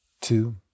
Two